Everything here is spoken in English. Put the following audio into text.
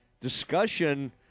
discussion